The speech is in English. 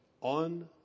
on